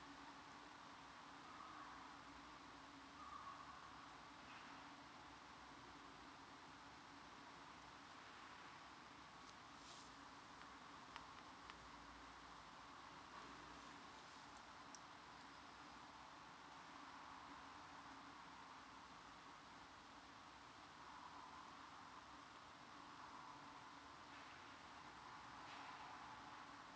<S.